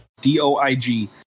D-O-I-G